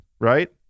Right